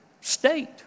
state